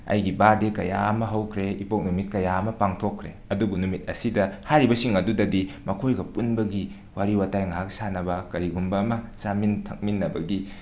ꯑꯩꯒꯤ ꯕꯥꯔꯗꯦ ꯀꯌꯥ ꯑꯃ ꯍꯧꯈ꯭ꯔꯦ ꯏꯄꯣꯛ ꯅꯨꯃꯤꯠ ꯀꯌꯥ ꯑꯃ ꯄꯥꯡꯊꯣꯛꯈ꯭ꯔꯦ ꯑꯗꯨꯕꯨ ꯅꯨꯃꯤꯠ ꯑꯁꯤꯗ ꯍꯥꯏꯔꯤꯕꯁꯤꯡ ꯑꯗꯨꯗꯗꯤ ꯃꯈꯣꯏꯒ ꯄꯨꯟꯕꯒꯤ ꯋꯥꯔꯤ ꯋꯥꯇꯥꯏ ꯉꯥꯏꯍꯥꯛ ꯁꯥꯟꯅꯕ ꯀꯔꯤꯒꯨꯝꯕ ꯑꯃ ꯆꯥꯃꯤꯟ ꯊꯛꯃꯤꯟꯅꯕꯒꯤ